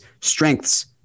strengths